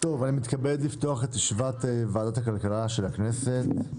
אני מתכבד לפתוח את ישיבת ועדת הכלכלה של הכנסת.